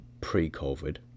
pre-COVID